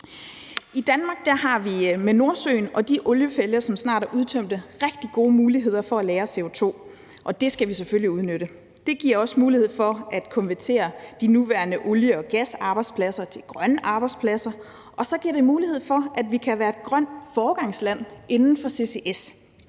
I Danmark har vi med Nordsøen og de oliefelter, som snart er udtømte, rigtig gode muligheder for at lagre CO2, og det skal vi selvfølgelig udnytte. Det giver også mulighed for at konvertere de nuværende olie- og gasarbejdspladser til grønne arbejdspladser, og så giver det mulighed for, at vi kan være et grønt foregangsland inden for CCS.